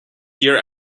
year